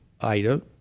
ida